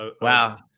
wow